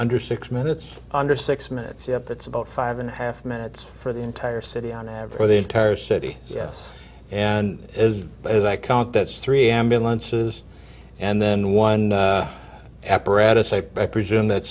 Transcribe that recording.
under six minutes under six minutes it's about five and a half minutes for the entire city on ever the entire city yes and is it i can't that's three ambulances and then one apparatus i presume that